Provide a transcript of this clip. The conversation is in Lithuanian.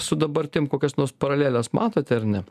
su dabartim kokias nors paraleles matote ar ne